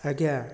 ଆଜ୍ଞା